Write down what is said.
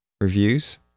reviews